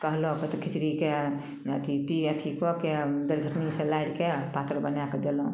कहलक अथी खिचड़ीके अथी पी अथी कऽ के दालि घोटनी से लारिके पातर बनाए कऽ देलहुँ